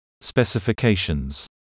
Specifications